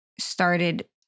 started